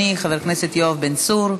בבקשה, אדוני, חבר הכנסת יואב בן צור,